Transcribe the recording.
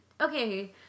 okay